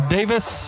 Davis